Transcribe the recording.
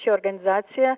ši organizacija